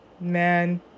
man